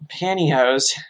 pantyhose